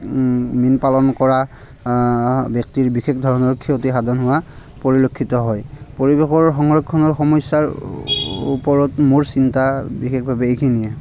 মীণ পালন কৰা ব্যক্তিৰ বিশেষ ধৰণৰ ক্ষতিসাধন হোৱা পৰিলক্ষিত হয় পৰিৱেশৰ সংৰক্ষণৰ সমস্যাৰ ওপৰত মোৰ চিন্তা বিশেষভাৱে এইখিনিয়ে